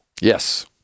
Yes